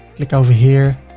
click over here,